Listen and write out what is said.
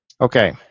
Okay